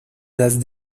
las